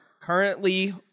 currently